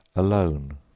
alone,